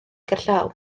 gerllaw